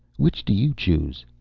which do you choose?